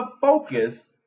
focus